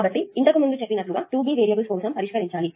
కాబట్టి ఇంతకుముందు చెప్పినట్టుగా 2B వేరియబుల్స్ కోసం పరిష్కరించాలి